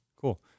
cool